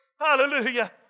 Hallelujah